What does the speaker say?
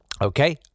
okay